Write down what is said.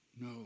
No